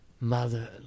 mother